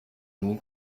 nun